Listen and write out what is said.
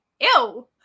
ew